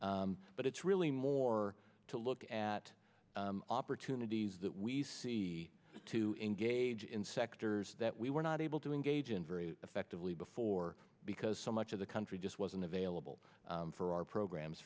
but it's really more to look at opportunities that we see to engage in sectors that we were not able to engage in very effectively before because so much of the country just wasn't available for our program